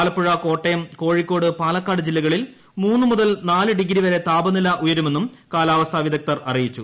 ആലപ്പുഴ കോട്ടയം കോഴിക്കോട് പാലക്കാട് ജില്ലകളിൽ മൂന്ന് മുതൽ നാല് ഡിഗ്രി വരെ താപനില ഉയരുമെന്നും കാലാവസ്ഥാ വിദഗ്ദധർ അറിയിച്ചു